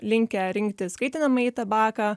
linkę rinktis kaitinamąjį tabaką